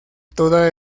toda